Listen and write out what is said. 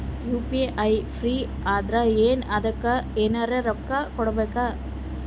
UPI free ಅದಾರಾ ಏನ ಅದಕ್ಕ ಎನೆರ ರೊಕ್ಕ ಕೊಡಬೇಕ?